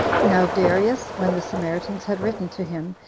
now darius, when the samaritans had written to him,